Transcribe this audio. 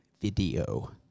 video